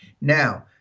Now